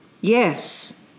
Yes